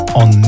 on